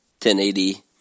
1080